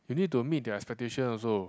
you need to meet their expectation also